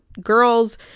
girls